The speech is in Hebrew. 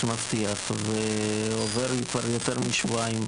שהוא מבטיח ועוברים כבר יותר משבועיים,